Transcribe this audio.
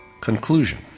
Conclusion